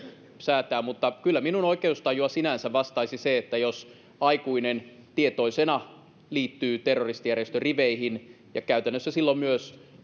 säätää mutta kyllä minun oikeustajuani sinänsä vastaisi se että jos aikuinen tietoisena liittyy terroristijärjestön riveihin ja käytännössä silloin palatessaan myös